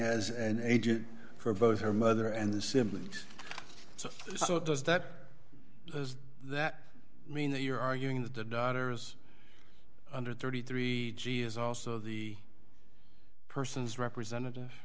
as an agent for both her mother and the siblings so does that that mean that you're arguing that the daughter's under thirty three g is also the person's representative